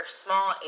small